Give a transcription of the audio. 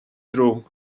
true